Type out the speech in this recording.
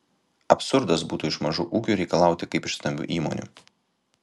absurdas būtų iš mažų ūkių reikalauti kaip iš stambių įmonių